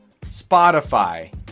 Spotify